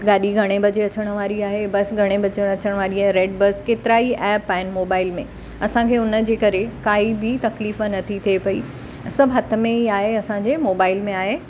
गाॾी घणे बजे अचणु वारी आहे बस घणे बजे अचणु वारी आहे रेड बस केतिरा ई एप आहिनि मोबाइल में असांखे हुन जे करे काई बि तकलीफ़ु नथी थिए पई सभु हथ में ई आहे असांजे मोबाइल में आहे